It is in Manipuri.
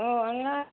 ꯑꯣ ꯑꯉꯥꯡ